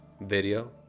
video